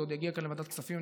זה עוד יגיע כאן לוועדת הכספים,